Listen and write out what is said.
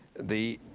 the